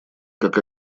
как